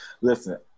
listen